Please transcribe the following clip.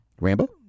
Rambo